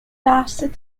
lasted